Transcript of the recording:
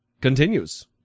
continues